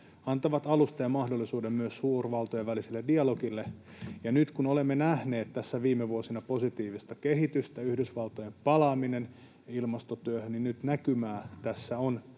antavat alustan ja mahdollisuuden myös suurvaltojen väliselle dialogille. Nyt kun olemme nähneet tässä viime vuosina positiivista kehitystä — Yhdysvaltojen palaaminen ilmastotyöhön — niin nyt näkymää tässä on